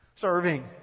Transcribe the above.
serving